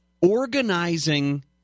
organizing